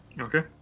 Okay